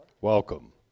Welcome